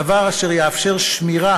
דבר אשר יאפשר שמירה